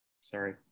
Sorry